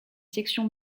section